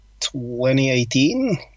2018